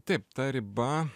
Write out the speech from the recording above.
taip ta riba